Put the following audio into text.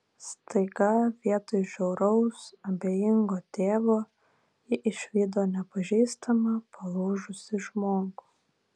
staiga vietoj žiauraus abejingo tėvo ji išvydo nepažįstamą palūžusį žmogų